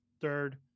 third